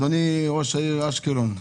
אדוני ראש עיריית אשקלון,